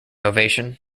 ovation